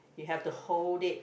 you have to hold it